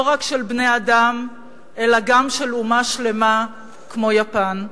לא רק של בני-אדם אלא גם של אומה שלמה כמו יפן.